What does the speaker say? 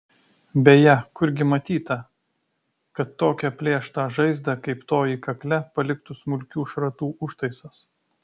beje kurgi matyta kad tokią plėštą žaizdą kaip toji kakle paliktų smulkių šratų užtaisas